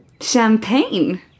Champagne